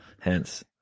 Hence